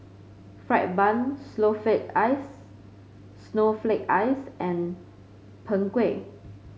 fried bun Snowflake Ice Snowflake Ice and Png Kueh